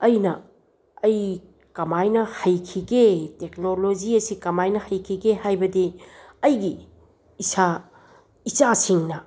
ꯑꯩꯅ ꯑꯩ ꯀꯃꯥꯏꯅ ꯍꯩꯈꯤꯒꯦ ꯇꯦꯛꯅꯣꯂꯣꯖꯤ ꯑꯁꯤ ꯀꯃꯥꯏꯅ ꯍꯩꯈꯤꯒꯦ ꯍꯥꯏꯕꯗꯤ ꯑꯩꯒꯤ ꯏꯁꯥ ꯏꯆꯥꯁꯤꯡꯅ